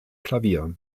klavier